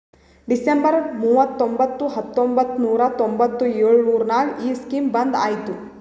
December ಮೂವತೊಂಬತ್ತು ಹತ್ತೊಂಬತ್ತು ನೂರಾ ತೊಂಬತ್ತು ಎಳುರ್ನಾಗ ಈ ಸ್ಕೀಮ್ ಬಂದ್ ಐಯ್ತ